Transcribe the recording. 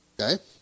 Okay